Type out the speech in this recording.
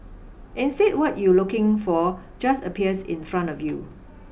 instead what you looking for just appears in front of you